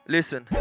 Listen